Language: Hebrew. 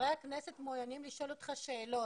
חברי הכנסת מעוניינים לשאול אותך שאלות.